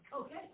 Okay